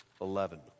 Eleven